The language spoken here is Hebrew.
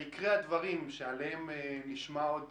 עיקרי הדברים, שעליהם נשמע עוד